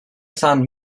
son